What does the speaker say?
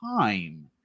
time